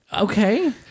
Okay